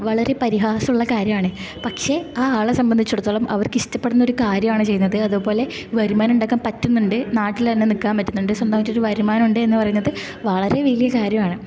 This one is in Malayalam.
വളരെ പരിഹാസമുള്ള കാര്യമാണ് പക്ഷേ ആ ആളെ സംബന്ധിച്ചിടത്തോളം അവർക്കിഷ്ടപ്പെടുന്ന ഒരു കാര്യമാണ് ചെയ്യുന്നത് അതുപോലെ വരുമാനം ഉണ്ടാക്കാൻ പറ്റുന്നുണ്ട് നാട്ടിലന്നെ നിൽക്കാൻ പറ്റുന്നുണ്ട് സ്വന്തായിട്ടൊരു വരുമാനമുണ്ടെന്ന് പറയുന്നത് വളരെ വലിയ കാര്യമാണ്